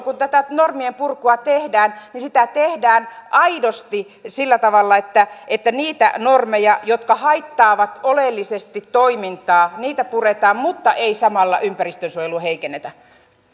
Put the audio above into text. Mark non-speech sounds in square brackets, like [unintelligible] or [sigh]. [unintelligible] kun tätä normien purkua tehdään sitä tehdään aidosti sillä tavalla että että niitä normeja jotka haittaavat oleellisesti toimintaa puretaan mutta ei samalla ympäristönsuojelua heikennetä